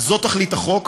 אז זו תכלית החוק.